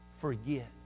forget